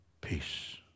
Peace